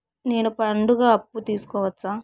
నేను పండుగ అప్పు తీసుకోవచ్చా?